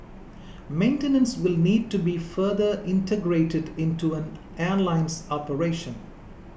maintenance will need to be further integrated into an airline's operation